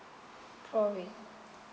prorate